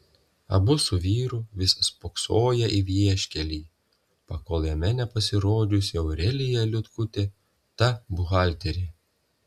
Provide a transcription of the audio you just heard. abu su vyru vis spoksoję į vieškelį pakol jame nepasirodžiusi aurelija liutkutė ta buhalterė